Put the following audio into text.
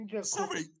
sorry